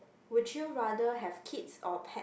would you rather have kids or pet